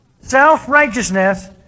self-righteousness